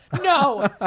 No